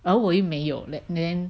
而我又没有 back then